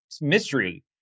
mystery